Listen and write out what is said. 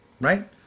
right